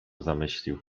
zamyślił